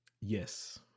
Yes